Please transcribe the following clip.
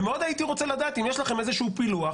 ומאוד הייתי רוצה לדעת אם יש לכם איזה שהוא פילוח